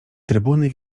trybuny